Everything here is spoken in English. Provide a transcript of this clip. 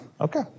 Okay